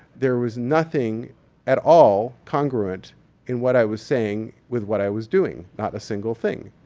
there was nothing at all congruent in what i was saying with what i was doing. not a single thing.